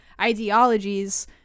ideologies